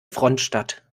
frontstadt